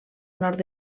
nord